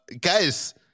guys